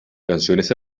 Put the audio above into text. canciones